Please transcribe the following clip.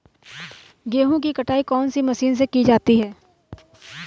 गेहूँ की कटाई कौनसी मशीन से की जाती है?